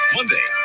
Monday